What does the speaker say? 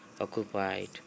occupied